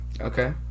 Okay